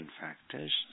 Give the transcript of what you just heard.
factors